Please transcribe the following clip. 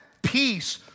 Peace